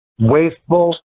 wasteful